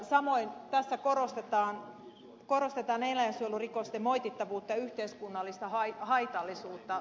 samoin tässä korostetaan eläinsuojelurikosten moitittavuutta ja yhteiskunnallista haitallisuutta